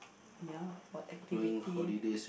ya what activity